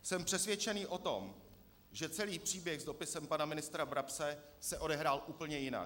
Jsem přesvědčený o tom, že celý příběh s dopisem pana ministra Brabce se odehrál úplně jinak.